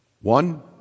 One